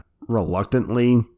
reluctantly